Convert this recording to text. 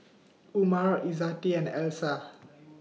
Umar Izzati and Alyssa